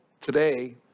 today